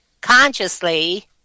consciously